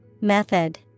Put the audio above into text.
Method